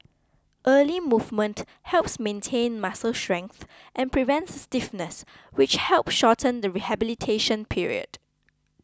early movement helps maintain muscle strength and prevents stiffness which help shorten the rehabilitation period